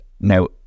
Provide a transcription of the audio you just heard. Now